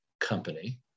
company